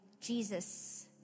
Jesus